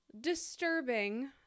disturbing